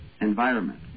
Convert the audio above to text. environment